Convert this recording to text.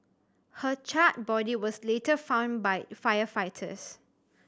her charred body was later found by firefighters